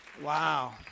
Wow